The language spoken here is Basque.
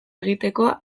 egiteko